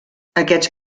aquests